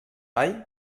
all